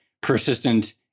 persistent